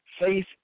Faith